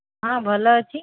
ହଁ ଭଲ ଅଛି